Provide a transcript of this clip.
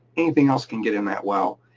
anything else can get in that well,